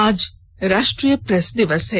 आज राष्ट्रीय प्रेस दिवस है